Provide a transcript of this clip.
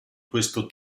questo